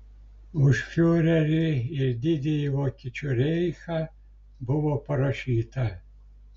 už fiurerį ir didįjį vokiečių reichą buvo parašyta